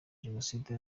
jenoside